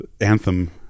anthem